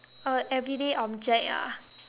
uh everyday object ah